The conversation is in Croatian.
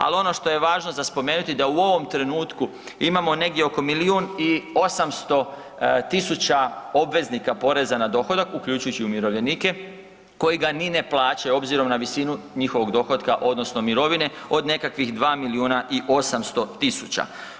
Ali ono što je važno za spomenuti da u ovom trenutku imamo negdje oko milijun u 800 tisuća obveznika poreznika na dohodak uključujući umirovljenike koji ga ni ne plaćaju obzirom na visinu njihovog dohotka odnosno mirovine od nekakvih 2 milijuna i 800 tisuća.